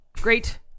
Great